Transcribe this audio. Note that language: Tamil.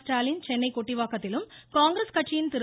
ஸ்டாலின் சென்னை கொட்டிவாக்கத்திலும் காங்கிரஸ் கட்சியின் திரு